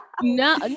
No